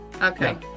Okay